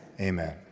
Amen